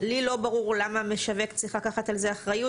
לי לא ברור למה המשווק צריך לקחת על זה אחריות